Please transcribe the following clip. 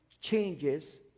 changes